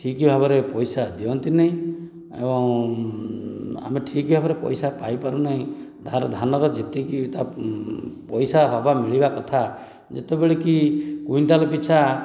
ଠିକ୍ ଭାବ ରେ ପଇସା ଦିଅନ୍ତି ନାହିଁ ଏବଂ ଆମେ ଠିକ୍ ଭାବରେ ପଇସା ପାଇପାରୁ ନାହିଁ ଧାନର ଯେତିକି ପଇସା ହବା ମିଳିବା କଥା ଯେତେବେଳେ କି କ୍ୱିଣ୍ଟାଲ୍ ପିଛା